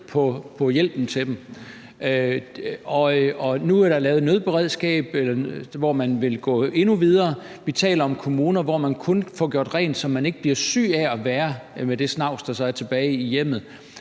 på hjælpen til dem, og nu er der lavet et nødberedskab, hvor vil man gå endnu videre. Vi taler om kommuner, hvor man kun får gjort rent, så man ikke bliver syg af at være med det snavs, der så er i hjemmet,